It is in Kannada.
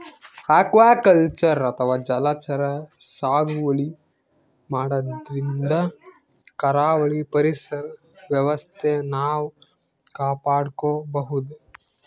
ಅಕ್ವಾಕಲ್ಚರ್ ಅಥವಾ ಜಲಚರ ಸಾಗುವಳಿ ಮಾಡದ್ರಿನ್ದ ಕರಾವಳಿ ಪರಿಸರ್ ವ್ಯವಸ್ಥೆ ನಾವ್ ಕಾಪಾಡ್ಕೊಬಹುದ್